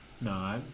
no